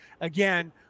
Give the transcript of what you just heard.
again